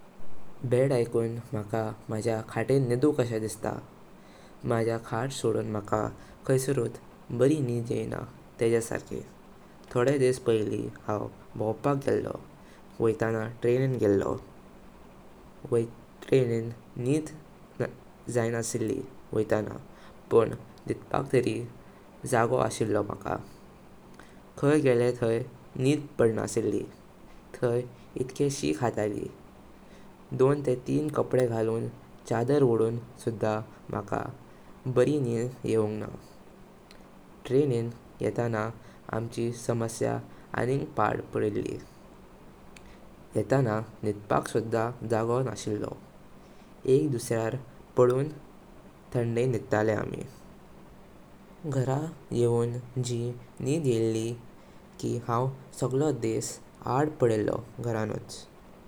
Bed ऐकून मका मजा खाटांत निँदू कशे दिसता। मजा खाट सोडून मका खायसारुथ बारी नीद येयिना तेंजा सारखी। थोडे दिसा पैली हांव भाँवपक गेल्लो, वैताणां ट्रेनिंग गेल्लो। ट्रेनिंग नीद जाई आनसली वैताणां, पण नीदपक तरी जालो आशिलो मका। खाय गेले ताहि नीद पडनासली, ताहि इतकी शीँ खाताली। दोन तीन कपडें गालून, चादर वोडून सुद्धा मका बारी नीद येवुंगणा। ट्रेनिंग येताणा आमची समस्या आनीग पाड पडिली। येताणा नीदपक सुद्धा जागो नासिलो। एक दुसर्यार पडून, थान्दें नीदिताले आमी। घर येवून जी नीद येयलां कि हांव सगळो दिस आड पडिलो घृणुच।